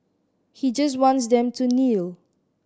he just wants them to kneel